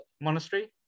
monastery